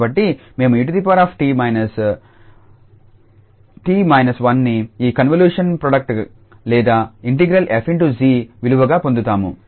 కాబట్టి మేము 𝑒𝑡−𝑡−1ని ఈ కన్వల్యూషన్ ప్రోడక్ట్ లేదా ఇంటిగ్రల్ 𝑓∗𝑔 విలువగా పొందుతాము